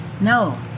No